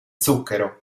zucchero